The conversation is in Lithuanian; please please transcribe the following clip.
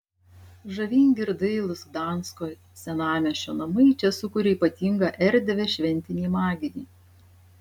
žavingi ir dailūs gdansko senamiesčio namai čia sukuria ypatingą erdvę šventinei magijai